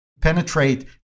penetrate